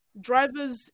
drivers